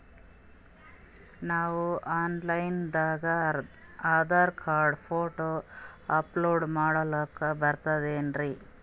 ನಾವು online ದಾಗ Aadhaar card, photo upload ಮಾಡ್ಲಕ ಬರ್ತದೇನ್ರಿ?